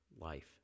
life